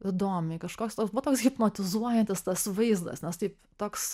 įdomiai kažkoks toks buvo toks hipnotizuojantis tas vaizdas nes taip toks